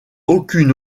aucune